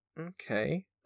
Okay